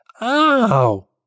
Ow